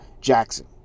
Jackson